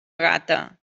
gata